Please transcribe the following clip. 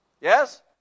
Yes